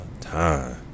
time